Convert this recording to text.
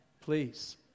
please